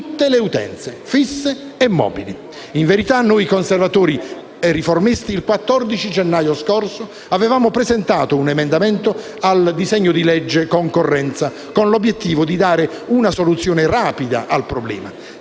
scorso noi Conservatori e Riformisti abbiamo presentato un emendamento al disegno di legge concorrenza con l'obiettivo di dare una soluzione rapida al problema.